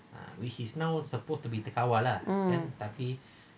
mm